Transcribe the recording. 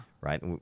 Right